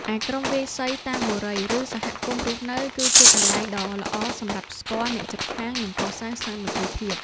ឯក្រុមវាយសីតាមបុរី ឬសហគមន៍រស់នៅ គឺជាកន្លែងដ៏ល្អសម្រាប់ស្គាល់អ្នកជិតខាង និងកសាងសាមគ្គីភាព។